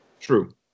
True